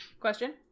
Question